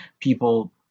people